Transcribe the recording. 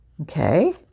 Okay